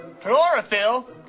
Chlorophyll